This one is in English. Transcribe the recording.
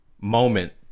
moment